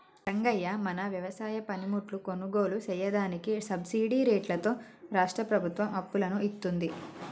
రంగయ్య మన వ్యవసాయ పనిముట్లు కొనుగోలు సెయ్యదానికి సబ్బిడి రేట్లతో రాష్ట్రా ప్రభుత్వం అప్పులను ఇత్తుంది